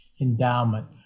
endowment